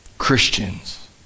Christians